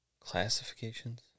Classifications